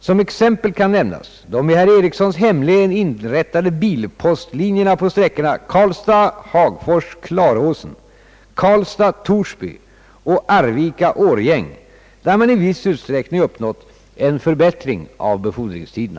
Som exempel kan nämnas de i herr Erikssons hemlän inrättade bilpostlinjerna på sträckorna Karlstad —Hagfors—Klaråsen, Karlstad—Torsby och Arvika—Årjäng, där man i viss utsträckning uppnått en förbättring av befordringstiderna.